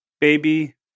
Baby